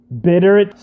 bitter